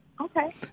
Okay